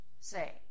say